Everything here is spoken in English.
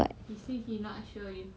then he say what